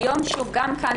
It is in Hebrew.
גם כאן,